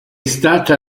stata